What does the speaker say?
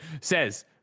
says